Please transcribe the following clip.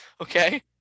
Okay